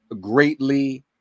greatly